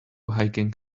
hiking